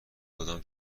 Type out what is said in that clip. کدام